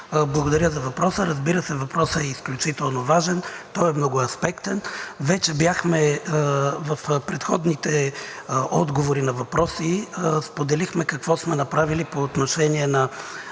благодаря за въпроса. Разбира се, въпросът е изключително важен, той е многоаспектен. В предходните отговори на въпроси споделихме какво сме направили в подкрепа на